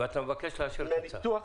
ואתה מבקש לאשר את הצו.